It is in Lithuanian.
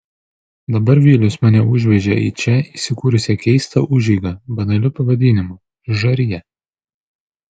dabar vilius mane užvežė į čia įsikūrusią keistą užeigą banaliu pavadinimu žarija